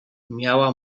miała